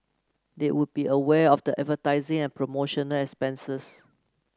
they would be aware of the advertising and promotional expenses